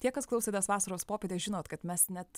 tie kas klausotės vasaros popietę žinot kad mes net